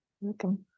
welcome